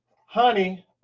honey